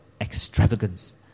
extravagance